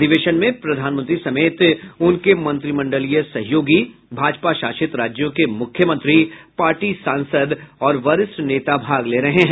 अधिवेशन में प्रधानमंत्री समेत उनके मंत्रिमंडलीय सहयोगी भाजपा शासित राज्यों के मुख्यमंत्री पार्टी सांसद और वरिष्ठ नेता भाग ले रहे हैं